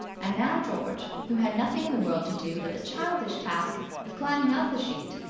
and now george, who had nothing in the world to do but the childish task of climbing up the sheet,